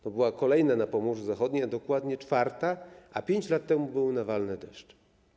To była kolejna susza na Pomorzu Zachodnim, dokładnie czwarta, a 5 lat temu były nawalne deszcze.